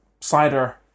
cider